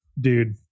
dude